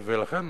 לכן,